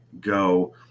go –